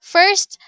First